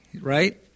right